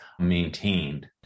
maintained